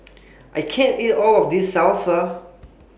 I can't eat All of This Salsa